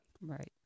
Right